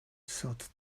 sat